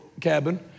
cabin